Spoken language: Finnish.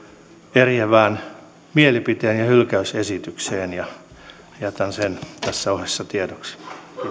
eriävään mielipiteeseen ja hylkäysesitykseen ja jätän sen tässä ohessa tiedoksi